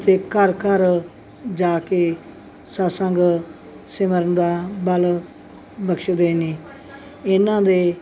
ਅਤੇ ਘਰ ਘਰ ਜਾ ਕੇ ਸਤਿਸੰਗ ਸਿਮਰਨ ਦਾ ਬਲ ਬਖਸ਼ਦੇ ਨੇ ਇਹਨਾਂ ਦੇ